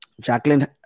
Jacqueline